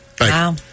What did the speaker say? Wow